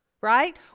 right